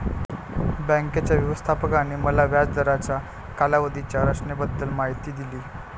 बँकेच्या व्यवस्थापकाने मला व्याज दराच्या कालावधीच्या संरचनेबद्दल माहिती दिली